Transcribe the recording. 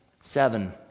Seven